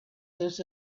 this